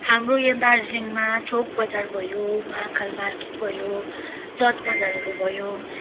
हाम्रो यो दार्जिलिङमा चोक बजार भयो महाकाल मार्केट भयो जर्ज बजारहरू भयो